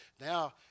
now